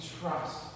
trust